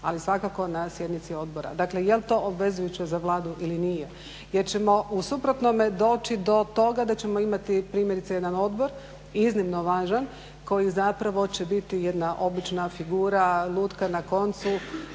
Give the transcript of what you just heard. ali svakako na sjednici Odbora. Dakle je li to obvezujuće za Vladu ili nije. Jer ćemo u suprotnome doći do toga da ćemo imati primjerice jedan odbor iznimno važan koji zapravo će biti jedna obična figura, lutka na koncu